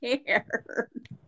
scared